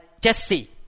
Jesse